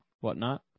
whatnot